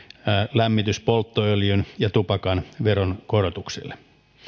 lämmityspolttoöljyn ja tupakan veron korotuksilla